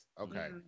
Okay